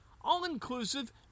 All-inclusive